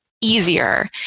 easier